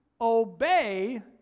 obey